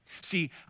See